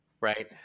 Right